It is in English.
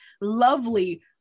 lovely